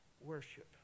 worship